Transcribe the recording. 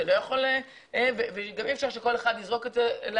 גם אי אפשר שכל אחד יזרוק את זה לאחר,